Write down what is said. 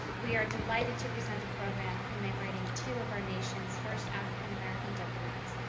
we are delighted to present a program commemorating two of our nation's first african american diplomats,